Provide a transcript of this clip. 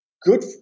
Good